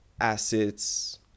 assets